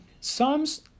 Psalms